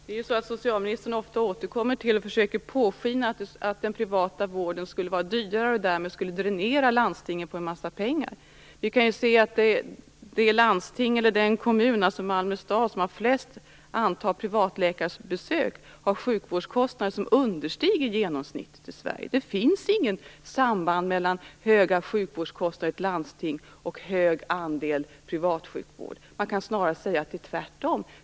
Herr talman! Socialministern återkommer ofta till, och försöker påskina att den privata vården skulle vara dyrare och därmed dränera landstinget på en massa pengar. Den kommun, Malmö stad, som har flest antal privatläkarbesök har sjukvårdskostnader som understiger genomsnittet i Sverige. Det finns inget samband mellan höga sjukvårdskostnader i ett landsting och stor andel privatsjukvård. Man kan snarare säga att det är tvärtom.